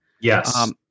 Yes